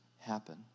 happen